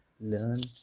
learn